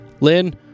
Lynn